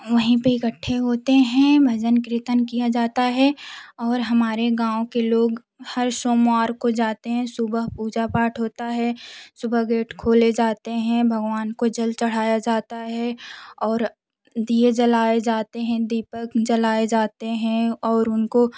वही पर इकट्ठे होतें हैं भजन कीर्तन किया जाता हैं और हमारें गाँव के लोग हर सोमवार को जाते हैं सुबह पूजा पाठ होता हैं सुबह गेट खोले जाते हैं भगवान को जल चढ़ाया जाता हैं और दियें जलाये जाते हैं दीपक जलाये जाते हैं और उनको